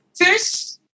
First